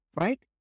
right